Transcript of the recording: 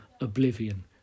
oblivion